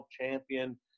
champion